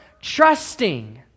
trusting